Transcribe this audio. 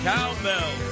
Cowbell